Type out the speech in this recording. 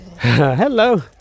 Hello